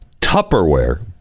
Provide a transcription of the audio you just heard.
tupperware